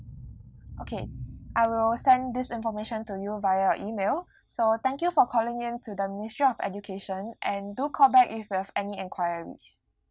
okay I will send this information to you via your email so thank you for calling in to the ministry of education and do call back if you have any enquiries